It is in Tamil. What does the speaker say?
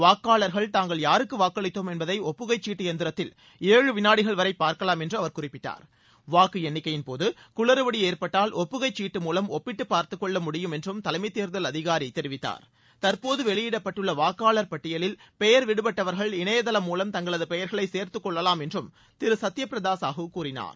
வாக்காளர்கள் தாங்கள் யாருக்கு வாக்களித்தோம் என்பதை ஒப்புகைச் சீட்டு எந்திரத்தில் ஏழு வினாடிகள் வரை பார்க்கலாம் என்றும் அவர் குறிப்பிட்டார் வாக்கு எண்ணிக்கையின்ள போத குளறுபடி ஏற்பட்டால் ஒப்புகைச் சீட்டு மூலம் ஒப்பிட்டுப் பார்த்துக்கொள்ள முடியும் என்றும் தலைமைத் தேர்தல் அதிகாரி தெரிவித்தார் தற்போது வெளியிடப்பட்டுள்ள வாக்காளர் பட்டியலில் பெயர் விடுபட்டவர்கள் இணையதளம் மூலம் தங்களது பெயர்களை சேர்த்துக் கொள்ளலாம் என்றும் திரு சத்ய பிரதா சாஹூ கூறினார்